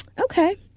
Okay